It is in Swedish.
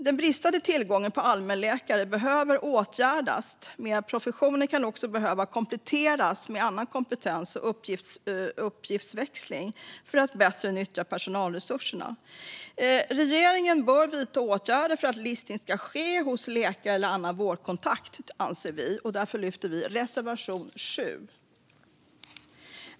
Den bristande tillgången på allmänläkare behöver åtgärdas, men professionen kan behöva kompletteras med annan kompetens och uppgiftsväxling för att bättre nyttja personalresurserna. Regeringen bör vidta åtgärder för att listning ska ske hos läkare eller annan vårdkontakt, anser vi. Därför yrkar jag bifall till reservation 7.